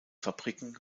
fabriken